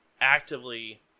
actively